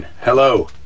hello